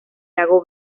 lago